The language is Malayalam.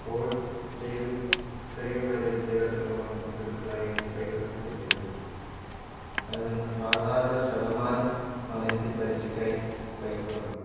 കോഴ്സ് ചെയ്ത് കഴിയുംവരെ വിദ്യഭ്യാസ ലോൺ ഗഡുക്കളായി എനിക്ക് പൈസ ലഭിച്ചിരുന്നു അതിൽ നിന്നും പതിനാലര ശതമാനം ആണെനിക്ക് പലിശയ്ക്കായി പൈസ തന്നത്